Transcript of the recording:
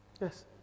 Yes